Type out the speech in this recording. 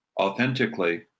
authentically